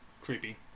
creepy